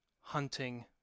hunting